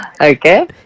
okay